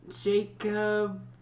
Jacob